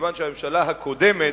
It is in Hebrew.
כיוון שהממשלה הקודמת,